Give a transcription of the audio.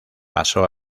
pasó